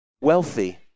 wealthy